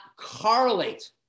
correlate